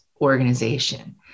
organization